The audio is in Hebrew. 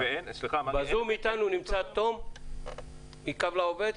ב"זום" אתנו נמצא תם מקו לעובד.